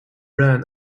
run